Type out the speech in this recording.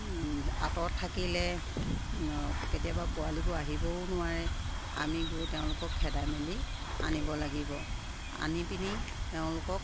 আঁতৰত থাকিলে কেতিয়াবা পোৱালিবোৰ আহিবও নোৱাৰে আমি গৈ তেওঁলোকক খেদাই মেলি আনিব লাগিব আনি পিনি তেওঁলোকক